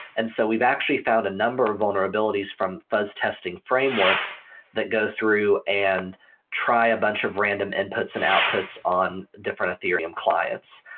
and so we've actually found a number of vulnerabilities vulnerabilities from fuzz testing frameworks that go through and try a bunch of random inputs and outputs on different ethereum clients.